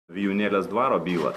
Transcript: vijūnėlės dvaro bylą